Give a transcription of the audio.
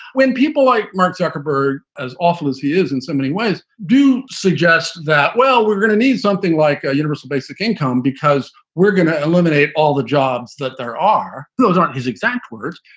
when people like mark zuckerberg, as awful as he is in so many ways, do suggest that, well, we're going to need something like universal basic income because we're going to eliminate all the jobs that there are. those aren't his exact words,